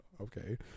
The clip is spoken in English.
Okay